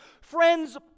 Friends